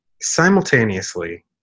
simultaneously